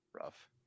Rough